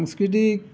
সাংস্কৃতিক